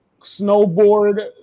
snowboard